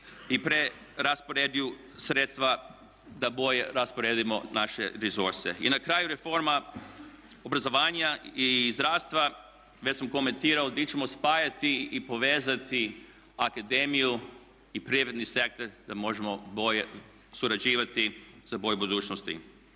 i preraspodjelu sredstava da bolje rasporedimo naše resurse. I na kraju reforma obrazovanja i zdravstva. Već sam komentirao gdje ćemo spajati i povezati akademiju i privredni sektor da možemo bolje surađivati za bolju budućnost.